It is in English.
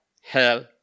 hell